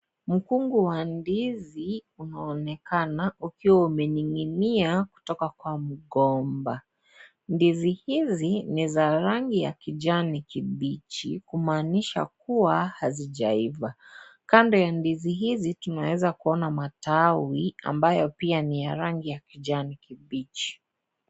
Mkunga wa ndizi unaonekana ukiwa umeninginia kutoka kwa mgomba ,ndizi hizi ni za rangi ya kijani kibichi kumaanisha kuwa hazijaiva, kando ya ndizi hizi tunaweza kuona matawi ambayo pia ni ya rangi ya kijani kibichi.